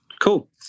cool